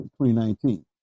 2019